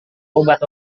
obat